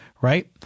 right